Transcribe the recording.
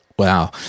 Wow